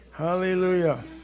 Hallelujah